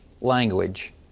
language